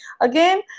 again